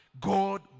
God